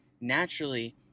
naturally